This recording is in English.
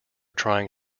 trying